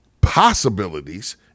possibilities